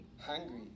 hungry